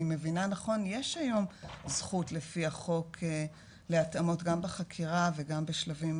מבינה נכון יש היום זכות לפי החוק להתאמות גם בחקירה וגם בשלבים